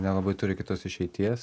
nelabai turi kitos išeities